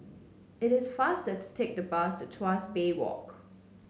it is faster to take the bus to Tuas Bay Walk